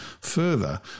further